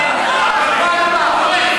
התבלבלת.